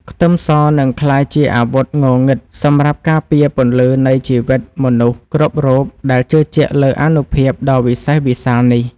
ខ្ទឹមសនឹងក្លាយជាអាវុធងងឹតសម្រាប់ការពារពន្លឺនៃជីវិតមនុស្សគ្រប់រូបដែលជឿជាក់លើអានុភាពដ៏វិសេសវិសាលនេះ។